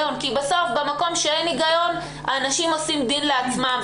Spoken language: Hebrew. במקום שאין היגיון אנשים עושים דין לעצמם.